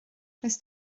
does